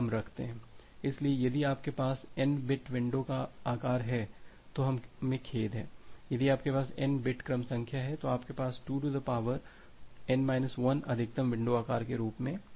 इसलिए यदि आपके पास n बिट विंडो का आकार है तो हमें खेद है यदि आपके पास n बिट क्रम संख्या है तो आपके पास 2 n 1 अधिकतम विंडो आकार के रूप में है